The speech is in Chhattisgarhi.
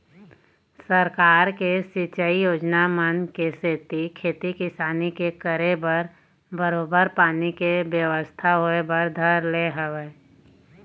सरकार के सिंचई योजना मन के सेती खेती किसानी के करे बर बरोबर पानी के बेवस्था होय बर धर ले हवय